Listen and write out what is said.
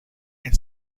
and